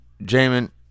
Jamin